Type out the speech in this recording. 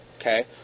Okay